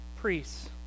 priests